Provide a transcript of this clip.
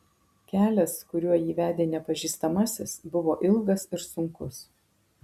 kelias kuriuo jį vedė nepažįstamasis buvo ilgas ir sunkus